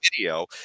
video